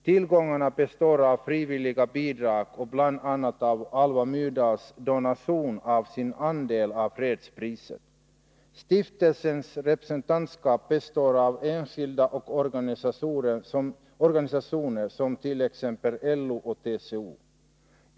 Tillgångarna består av frivilliga bidrag och bl.a. Alva Myrdals donation av sin andel av fredspriset. Stiftelsens representantskap består av enskilda och organisationer, t.ex. LO och TCO.